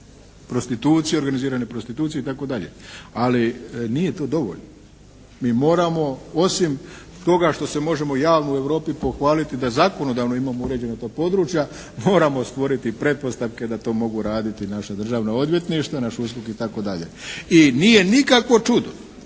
prostitucija, organizirane prostitucije i tako dalje. Ali nije to dovoljno. Mi moramo osim toga što se možemo javno u Europi pohvaliti da zakonodavno imamo uređena ta područja moramo stvoriti pretpostavke da to mogu raditi naša državna odvjetništva, naš USKOK i tako dalje. I nije nikakvo čudo